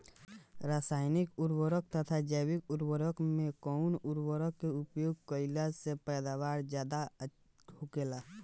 रसायनिक उर्वरक तथा जैविक उर्वरक में कउन उर्वरक के उपयोग कइला से पैदावार ज्यादा होखेला?